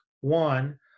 One